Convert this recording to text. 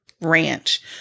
ranch